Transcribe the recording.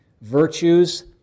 virtues